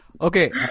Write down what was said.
okay